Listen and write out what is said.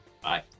Bye